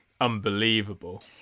unbelievable